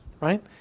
right